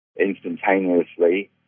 instantaneously